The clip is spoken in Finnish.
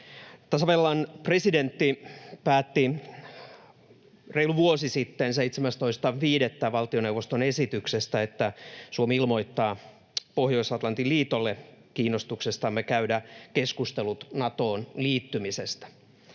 Tasavallan presidentti päätti reilu vuosi sitten, 17.5., valtioneuvoston esityksestä, että Suomi ilmoittaa Pohjois-Atlantin liitolle kiinnostuksestamme käydä keskustelut Natoon liittymisestä.